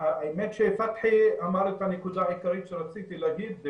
האמת שפתחי אמר את הנקודה העיקרית שרציתי להגיד,